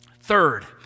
Third